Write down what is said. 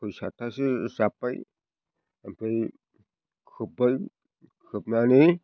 सय सातथासो जाबबाय ओमफ्राय खोबबाय खोबनानै